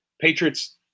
Patriots